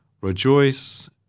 Rejoice